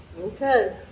Okay